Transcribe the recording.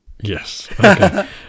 yes